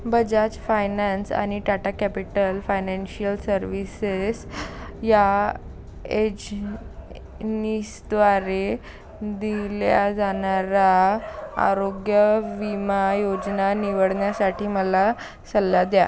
Bajaj finance आणि Tata capital financial services या एझ नीसद्वारे दिल्या जाणाऱ्या आरोग्य विमा योजना निवडण्यासाठी मला सल्ला द्या